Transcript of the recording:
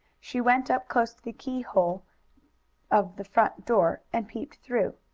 she went up close to the keyhole of the front door and peeped through.